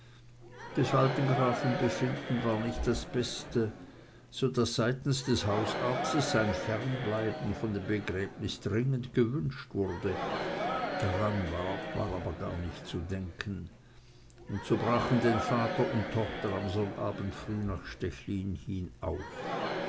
des alten grafen befinden war nicht das beste so daß seitens des hausarztes sein fernbleiben von dem begräbnis dringend gewünscht wurde daran aber war gar nicht zu denken und so brachen denn vater und tochter am sonnabend früh nach stechlin hin auf